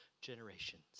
generations